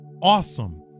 awesome